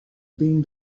being